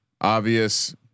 Obvious